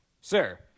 Sir